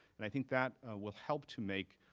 and i think that will help to make